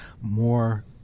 more